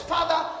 Father